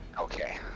Okay